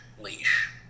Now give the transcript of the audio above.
Leash